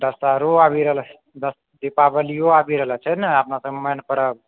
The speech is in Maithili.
दसहरो आबि रहलो छै दीपावली आबि रहलो छै ने अपना सब मे मेन परव